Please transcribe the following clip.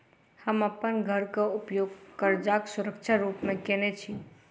हम अप्पन घरक उपयोग करजाक सुरक्षा रूप मेँ केने छी